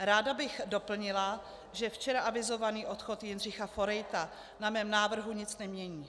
Ráda bych doplnila, že včera avizovaný odchod Jindřicha Forejta na mém návrhu nic nemění.